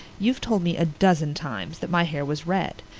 you've told me a dozen times that my hair was red,